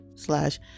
slash